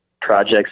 projects